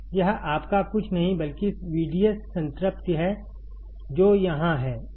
यह आपका कुछ नहीं बल्कि VDS संतृप्ति है जो यहाँ है